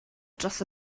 dros